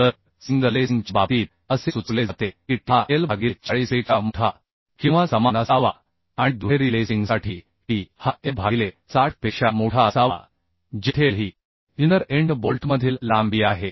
तर सिंगल लेसिंगच्या बाबतीत असे सुचवले जाते की t हा L भागिले 40 पेक्षा मोठा किंवा समान असावा आणि दुहेरी लेसिंगसाठी t हा L भागिले 60 पेक्षा मोठा असावा जेथे L ही इनर एंड बोल्टमधील लांबी आहे